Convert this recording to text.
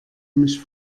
mich